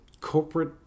corporate